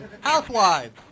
Housewives